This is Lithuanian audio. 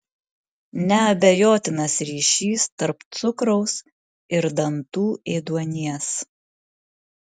neabejotinas ryšys tarp cukraus ir dantų ėduonies